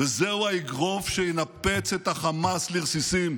וזהו האגרוף שינפץ את החמאס לרסיסים.